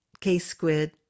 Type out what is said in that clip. K-Squid